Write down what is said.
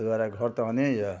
ताहि दुआरे घर तऽ आने यऽ